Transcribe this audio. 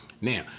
Now